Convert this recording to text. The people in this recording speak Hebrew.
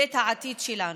ואת העתיד שלנו,